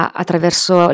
attraverso